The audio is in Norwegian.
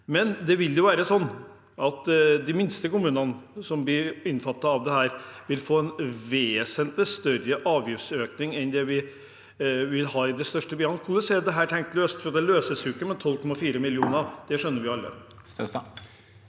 imidlertid være sånn at de minste kommunene som blir omfattet av dette, vil få en vesentlig større avgiftsøkning enn det vi vil ha i de største byene. Hvordan er dette tenkt løst? For det løses jo ikke med 12,4 mill. kr, det skjønner vi alle.